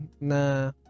na